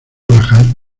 bajar